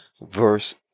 verse